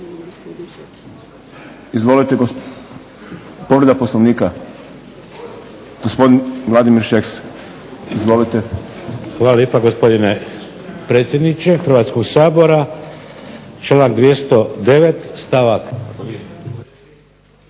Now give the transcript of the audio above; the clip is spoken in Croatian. Hvala lijepa gospodine predsjedniče Hrvatskog sabora. Istine